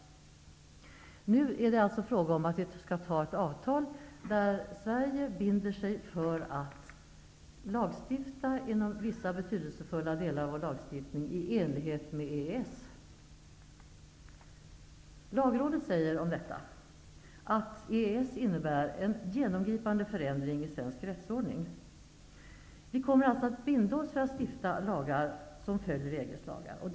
Nu är det alltså fråga om att godkänna ett avtal där Sverige binder sig för att inom vissa betydelsefulla delar av vår lagstiftning stifta lagar i enlighet med EES. Lagrådet säger om detta att EES innebär en genomgripande förändring i svensk rättsordning. Vi kommer alltså att binda oss för att stifta lagar som följer EG:s.